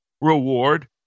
reward